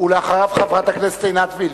אחריו, חברת הכנסת עינת וילף.